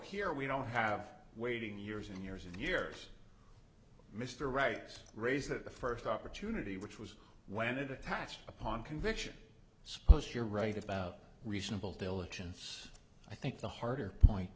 here we don't have waiting years and years and years mr wright raised that the first opportunity which was when attached upon conviction suppose you're right about reasonable diligence i think the harder point